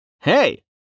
Hey